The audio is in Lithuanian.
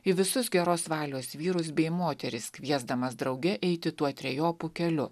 į visus geros valios vyrus bei moteris kviesdamas drauge eiti tuo trejopu keliu